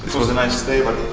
was a nice stay, but